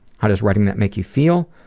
how does writing that make you feel?